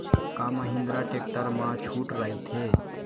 का महिंद्रा टेक्टर मा छुट राइथे?